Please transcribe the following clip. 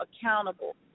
Accountable